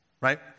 right